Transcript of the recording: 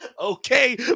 Okay